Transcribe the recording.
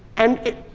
and it,